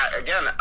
Again